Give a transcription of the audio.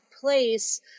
place